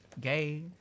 gay